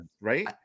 right